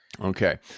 okay